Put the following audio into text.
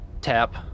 tap